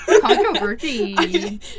Controversy